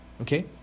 Okay